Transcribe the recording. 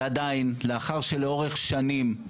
ועדיין, לאחר שלאורך שנים,